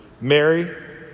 Mary